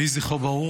יהי זכרו ברוך.